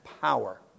power